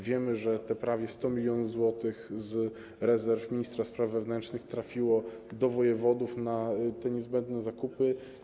Wiemy, że prawie 100 mln zł z rezerw ministra spraw wewnętrznych trafiło do wojewodów na niezbędne zakupy.